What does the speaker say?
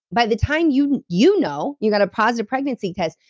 by the time you you know, you've got a positive pregnancy test,